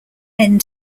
end